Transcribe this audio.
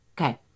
okay